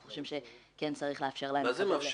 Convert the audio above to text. אנחנו חושבים שכן צריך לאפשר להן לקבל --- מה זה מאפשרים?